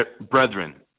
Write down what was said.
brethren